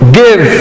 give